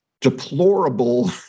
deplorable